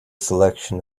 selection